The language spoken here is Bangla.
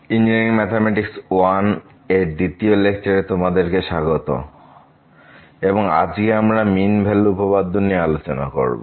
ইঞ্জিনিয়ারিং ম্যাথমেটিক্স I এর দ্বিতীয় লেকচারের তোমাদের সকলকে স্বাগত এবং আজকে আমরা মিন ভ্যালু উপপাদ্য নিয়ে আলোচনা করব